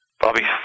Bobby